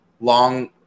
long –